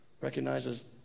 recognizes